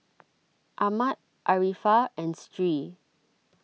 Ahmad Arifa and Stree